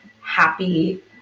happy